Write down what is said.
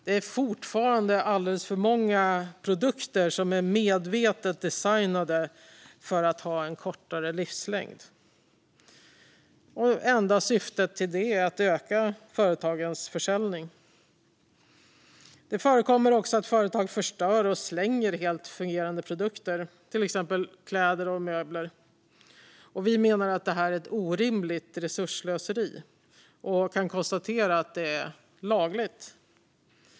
Det är fortfarande alldeles för många produkter som är medvetet designade för att ha en kort livslängd. Enda syftet med det är att öka företagens försäljning. Det förekommer också att företag förstör och slänger helt fungerande produkter, till exempel kläder och möbler. Vi menar att detta är ett orimligt resursslöseri och kan konstatera att det är lagligt.